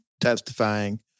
testifying